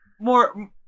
more